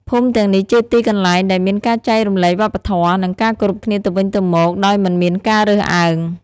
ភូមិទាំងនេះជាទីកន្លែងដែលមានការចែករំលែកវប្បធម៌ និងការគោរពគ្នាទៅវិញទៅមកដោយមិនមានការរើសអើង។